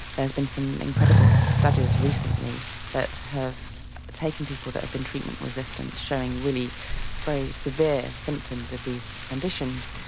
there's been some incredible studies recently that have taken people that have been treatment resistant showing really very severe symptoms of these conditions,